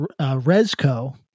Resco